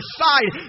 side